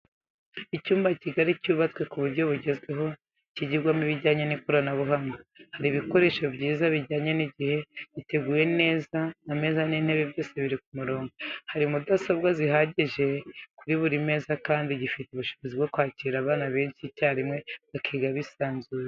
Icyumba kigari cyubatse ku buryo bugezweho cyigirwamo ibijyanye n'ikoranabuhanga harimo ibikoresho byiza bijyanye n'igihe, giteguye neza ameza n'intebe byose biri ku murongo, hari mudasobwa zihagije kuri buri meza kandi gifite ubushobozi bwo kwakira abana benshi icyarimwe bakiga bisanzuye.